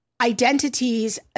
identities